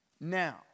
now